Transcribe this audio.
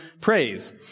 praise